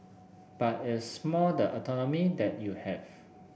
but it's more the autonomy that you have